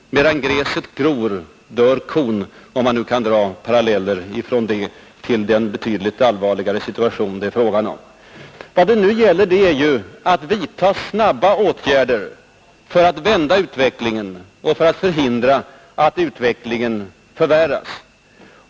Medan gräset gror dör kon — om det nu är tillåtet med en sådan liknelse när det gäller den betydligt allvarligare situation det är fråga om. Vad det nu gäller är att vidta snabba åtgärder för att vända utvecklingen och för att förhindra att den förvärras.